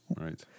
right